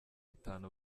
itanu